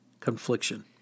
confliction